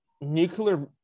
nuclear